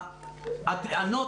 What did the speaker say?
הטענות,